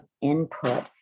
input